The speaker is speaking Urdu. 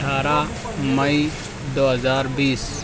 اٹھارہ مئی دو ہزار بیس